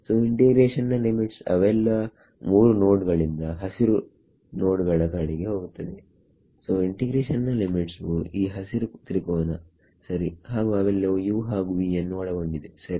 so integration ನ limits ಅವೆಲ್ಲಾ ಮೂರು ನೋಡ್ಗಳಿಂದ ಹಸಿರು ನೋಡ್ಗಳ ಕಡೆಗೆ ಹೋಗುತ್ತದೆ ಸೋ ಇಂಟಿಗ್ರೇಷನ್ ನ ಲಿಮಿಟ್ಸ್ ವು ಈ ಹಸಿರು ತ್ರಿಕೋನ ಸರಿ ಹಾಗು ಅವೆಲ್ಲವೂ u ಹಾಗು v ಯನ್ನು ಒಳಗೊಂಡಿದೆ ಸರಿ